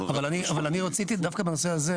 אבל אני רציתי דווקא בנושא הזה,